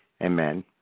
Amen